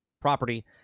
property